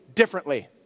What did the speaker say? differently